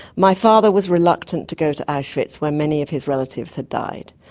my father was reluctant to go to auschwitz where many of his relatives had died.